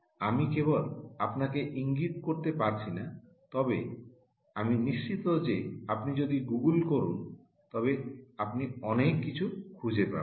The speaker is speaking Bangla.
আমি কেবল আপনাকে ইঙ্গিত করতে পারছিনা তবে আমি নিশ্চিত যে আপনি যদি গুগল করুন তবে আপনি অনেক কিছু খুঁজে পাবেন